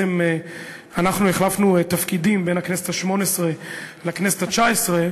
החלפנו תפקידים בין הכנסת השמונה-עשרה לכנסת התשע-עשרה